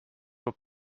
were